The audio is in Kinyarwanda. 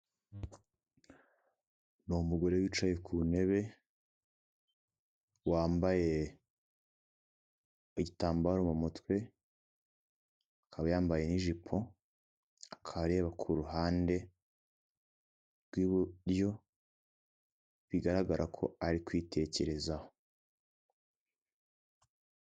Ni umugore wicaye ku ntebe, wambaye igitambaro mu mutwe, akaba yambaye n'ijipo akaba areba ku ruhande rw'iburyo bigaragara ko ari kwitekerezaho.